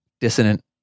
dissonant